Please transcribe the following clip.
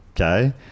okay